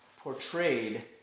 portrayed